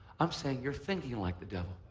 i'm saying you're thinking like the devil.